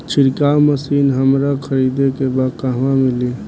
छिरकाव मशिन हमरा खरीदे के बा कहवा मिली?